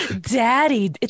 Daddy